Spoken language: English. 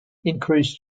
increase